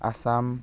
Assam